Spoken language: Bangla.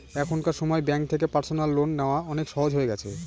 এখনকার সময় ব্যাঙ্ক থেকে পার্সোনাল লোন নেওয়া অনেক সহজ হয়ে গেছে